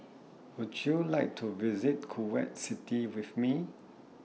Would YOU like to visit Kuwait City with Me